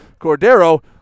Cordero